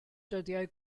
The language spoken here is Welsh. dyddiau